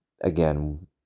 Again